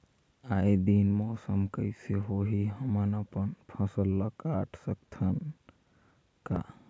आय दिन मौसम कइसे होही, हमन अपन फसल ल काट सकत हन का?